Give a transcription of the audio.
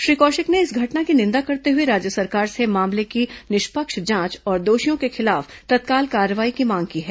श्री कौशिक ने इस घटना की निंदा करते हुए राज्य सरकार से मामले की निष्पक्ष जांच और दोषियों के खिलाफ तत्काल कार्रवाई की मांग की है